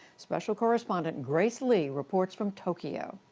special correspondent grace lee reports from tokyo.